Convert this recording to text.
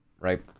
right